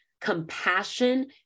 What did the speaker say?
compassion